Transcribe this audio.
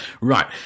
Right